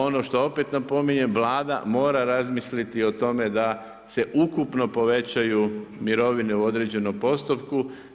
Ono što opet napominjem Vlada mora razmisliti o tome da se ukupno povećaju mirovine u određenom postupku.